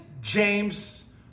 James